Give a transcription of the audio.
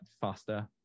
faster